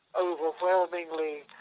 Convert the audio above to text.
Overwhelmingly